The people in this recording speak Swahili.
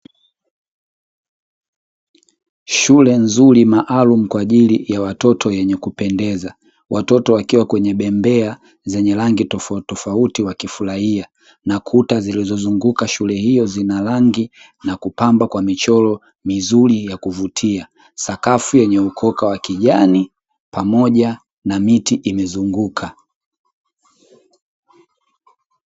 Shule nzuri maalumu kwa ajili ya watoto yenye kupendeza. Watoto wakiwa kwenye bembea zenye rangi tofautitofauti wakifurahia na kuta zilizozunguka shule zina rangi na kuchorwa kwa michoro mizuri ya kuvutia, sakafu yenye ukoka wa kijani pamoja na miti imezunguka.